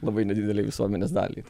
labai nedidelei visuomenės daliai